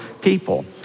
people